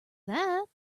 that